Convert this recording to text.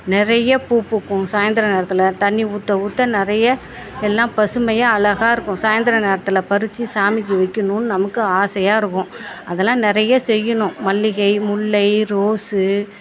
நிறைய பூ பூக்கும் சாயந்தர நேரத்தில் தண்ணி ஊற்ற ஊற்ற நிறைய எல்லாம் பசுமையாக அழகாக இருக்கும் சாயந்தர நேரத்தில் பறிச்சு சாமிக்கு வைக்கணும்னு நமக்கு ஆசையாக இருக்கும் அதெல்லாம் நிறையா செய்யணும் மல்லிகை முல்லை ரோஸு